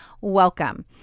Welcome